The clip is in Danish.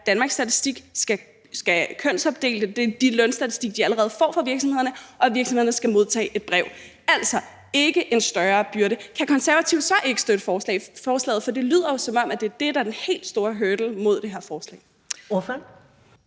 Danmarks Statistik skal kønsopdele de lønstatistikker, de allerede får fra virksomhederne, og at virksomhederne skal modtage et brev, altså ikke en større byrde. Kan Konservative så ikke støtte forslaget, for det lyder jo, som om det er det, der er den helt store hurdle mod det her forslag?